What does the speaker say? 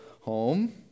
home